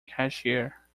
cashier